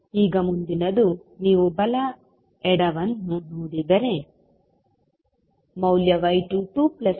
ಈಗ ಮುಂದಿನದು ನೀವು ಬಲ ಎಡವನ್ನು ನೋಡಿದರೆ ಮೌಲ್ಯ y22y210